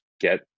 get